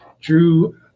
Drew